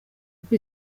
kuko